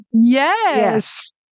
Yes